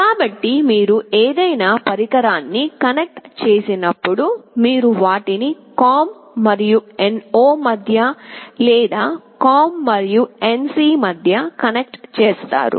కాబట్టి మీరు ఏదైనా పరికరాన్ని కనెక్ట్ చేసినప్పుడు మీరు వాటిని COM మరియు NO మధ్య లేదా COM మరియు NC మధ్య కనెక్ట్ చేస్తారు